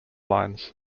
lines